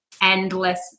endless